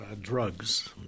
drugs